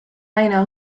aina